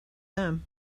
them